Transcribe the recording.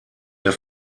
der